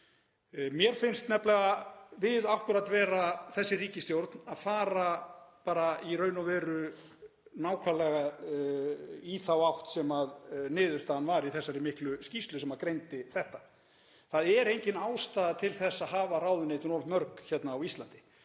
Mér finnst nefnilega við akkúrat vera, þessi ríkisstjórn, að fara bara í raun og veru nákvæmlega í þá átt sem niðurstaðan var í þessari miklu skýrslu sem greindi þetta. Það er engin ástæða til þess að hafa ráðuneytin of mörg hérna á Íslandi.